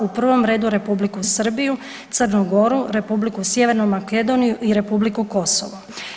U provom redu Republiku Srbiju, Crnu Goru, Republiku Sjevernu Makedoniju i Republiku Kosovo.